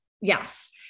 yes